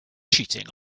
cheating